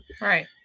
Right